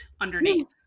underneath